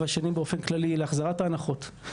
והשני באופן כללי להחזרת ההנחות.